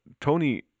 Tony